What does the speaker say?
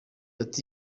ati